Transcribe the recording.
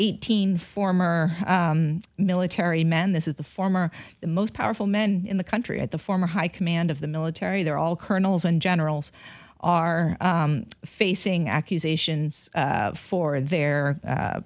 eighteen former military men this is the former the most powerful men in the country at the former high command of the military they're all colonels and generals are facing accusations for their